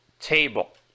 table